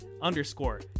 underscore